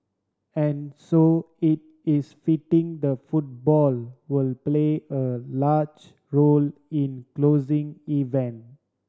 and so it is fitting the football will play a large role in closing event